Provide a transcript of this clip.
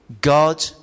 God